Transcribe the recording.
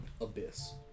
abyss